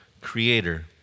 Creator